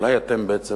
אולי אתם בעצם,